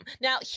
Now